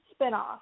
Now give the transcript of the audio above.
spinoff